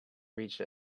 reach